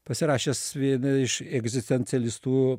pasirašęs vieną iš egzistencialistų